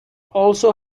also